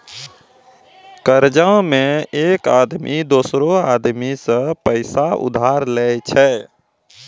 कर्जा मे एक आदमी दोसरो आदमी सं पैसा उधार लेय छै